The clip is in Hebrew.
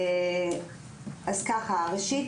ראשית,